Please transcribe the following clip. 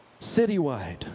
citywide